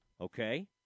Okay